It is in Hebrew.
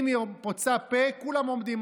אם היא פוצה פה, כולם עומדים.